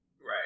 Right